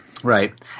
Right